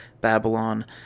Babylon